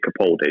Capaldi